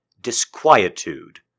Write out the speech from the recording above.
disquietude